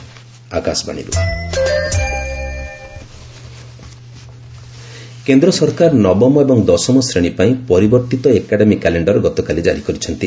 academy calendar କେନ୍ଦ୍ର ସରକାର ନବମ ଏବଂ ଦଶମ ଶ୍ରେଣୀ ପାଇଁ ପରିବର୍ତ୍ତ ଏକାଡେମୀ କ୍ୟାଲେଣ୍ଡର ଗତକାଲି ଜାରି କରିଛନ୍ତି